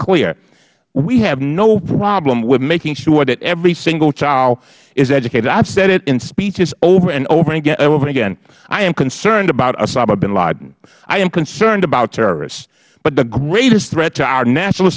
clear we have no problem with making sure that every single child is educated i have said it in speeches over and over again i am concerned about osama bin laden i am concerned about terrorists but the greatest threat to our national